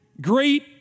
great